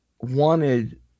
wanted